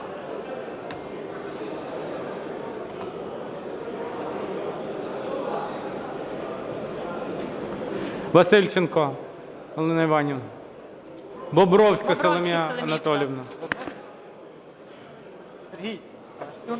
Васильченко Галина Іванівна. Бобровська Соломія Анатоліївна.